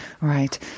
Right